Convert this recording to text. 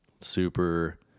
super